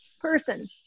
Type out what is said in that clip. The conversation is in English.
person